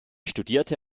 studierte